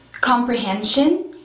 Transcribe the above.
comprehension